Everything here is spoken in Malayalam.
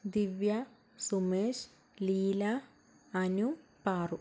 ദിവ്യ സുമേഷ് ലീല അനു പാറു